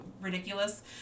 ridiculous